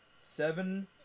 Seven